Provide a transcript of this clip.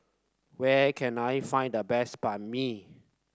where can I find the best Banh Mi